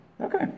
Okay